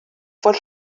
fod